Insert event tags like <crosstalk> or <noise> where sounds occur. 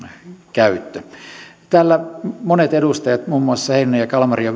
käyttö täällä monet edustajat muun muassa heinonen ja kalmari jo <unintelligible>